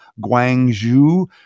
Guangzhou